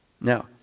Now